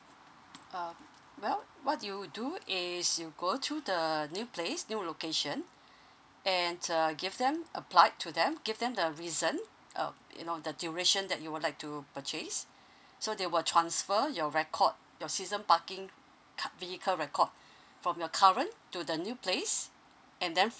uh well what you do is you go to the new place new location and err give them applied to them give them the reasons uh you know the duration that you would like to purchase so they will transfer your record your season parking cut vehicle recalled from your current to the new place and then